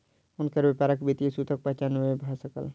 हुनकर व्यापारक वित्तीय सूत्रक पहचान नै भ सकल